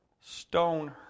stone